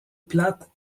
plate